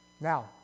Now